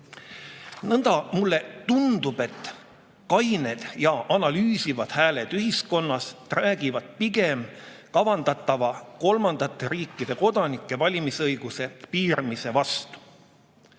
Nõnda mulle tundub, et kained ja analüüsivad hääled ühiskonnas räägivad pigem kavandatava kolmandate riikide kodanike valimisõiguse piiramise vastu. Ja